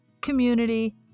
community